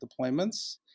deployments